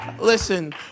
Listen